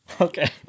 Okay